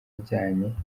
ajyanye